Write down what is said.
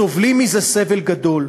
סובלים מזה סבל גדול.